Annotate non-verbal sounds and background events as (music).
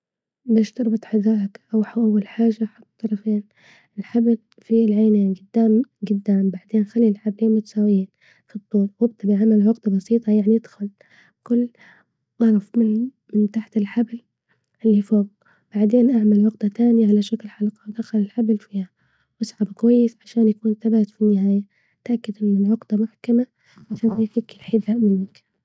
(noise) باش تربط حذائك أوح أول حاجة حط الطرفين في الحبل في العينين جدام جدام بعدين خلي الحبلين متساويين في الطول وابدأ بعمل عقدة بسيطة يعني ادخل كل طرف من من تحت الحبل اللي فوج بعدين اعمل عقدة تانية على شكل حلقة ودخل الحبل فيها واسحبه كويس عشان يكون ثابت في النهاية، اتأكد إن العقدة محكمة عشان (noise) ما يفك الحذاء منك.